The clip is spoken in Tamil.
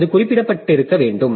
அது குறிப்பிடப்பட்டிருக்க வேண்டும்